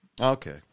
Okay